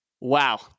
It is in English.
Wow